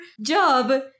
job